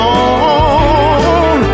on